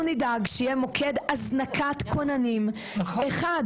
אנחנו נדאג שיהיה מוקד הזנקת כוננים אחד,